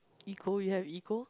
ego you have ego